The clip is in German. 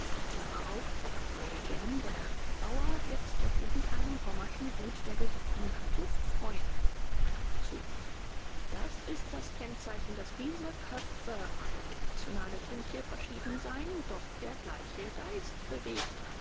wird sich auf irgendeinem pommerschen gut der gesunden landluft freuen das ist das kennzeichen daß diese köpfe mag auch die nationale tünche verschieden sein doch der gleiche geist